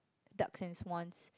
duck and swans